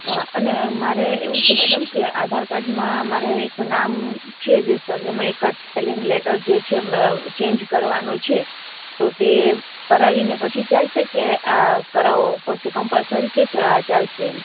અને મારે એવું છે મેડમ કે આધાર કાર્ડમાં મારે એક નામ છે જે એકાદ સ્પેલિંગ લેટર જે છે ચેન્જ કરવાનો છે તો તે કરાવીને પછી ચાલશે કે આ કરાવવું પડશે કમ્પલસરી છે કે આ ચાલશે એમ